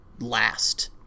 Last